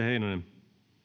herra